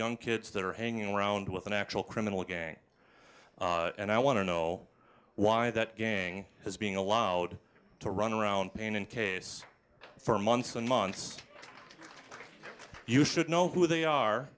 young kids that are hanging around with an actual criminal gang and i want to know why that gang is being allowed to run around and in case for months and months you should know who they are